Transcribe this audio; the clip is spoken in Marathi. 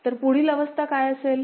तर पुढील अवस्था काय असेल